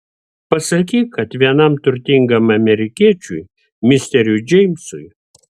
pasakyk kad vienam turtingam amerikiečiui misteriui džeimsui